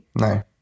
No